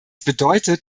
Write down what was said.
bedeutet